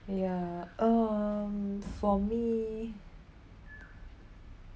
ya um for me